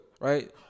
right